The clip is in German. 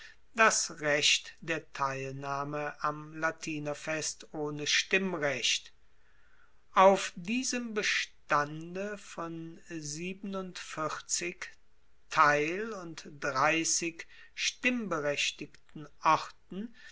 das recht der teilnahme am latinerfest ohne stimmrecht auf diesem bestande von siebenundvierzig teil und dreissig stimmberechtigten orten